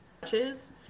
touches